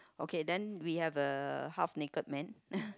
okay then we have a half naked man